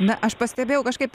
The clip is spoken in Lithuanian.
na aš pastebėjau kažkaip